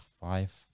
five